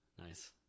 Nice